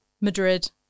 Madrid